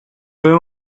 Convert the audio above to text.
fue